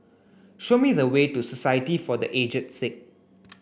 show me the way to Society for the Aged Sick